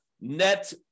net